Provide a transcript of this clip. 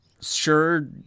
Sure